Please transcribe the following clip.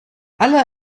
alle